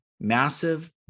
massive